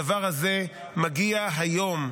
הדבר הזה מגיע היום,